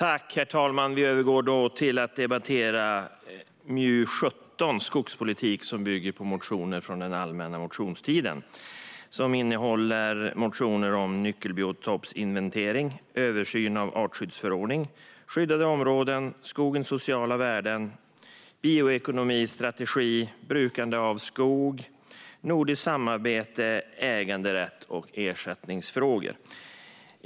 Herr talman! Vi övergår nu till att debattera MJU17 Skogspolitik , som bygger på motioner från den allmänna motionstiden. Motionerna handlar om nyckelbiotopsinventering, översyn av artskyddsförordning, skyddade områden, skogens sociala värden, bioekonomistrategi, brukande av skog, nordiskt samarbete, äganderätt och ersättningsfrågor.